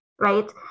Right